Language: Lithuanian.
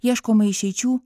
ieškoma išeičių